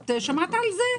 את שמעת על זה?